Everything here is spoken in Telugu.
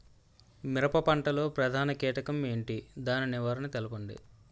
మిరప పంట లో ప్రధాన కీటకం ఏంటి? దాని నివారణ తెలపండి?